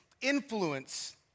influence